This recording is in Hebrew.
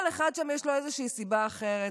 כל אחד שם, יש לו איזושהי סיבה אחרת.